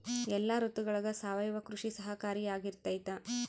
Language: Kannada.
ಎಲ್ಲ ಋತುಗಳಗ ಸಾವಯವ ಕೃಷಿ ಸಹಕಾರಿಯಾಗಿರ್ತೈತಾ?